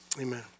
amen